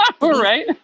right